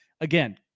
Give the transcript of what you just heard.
again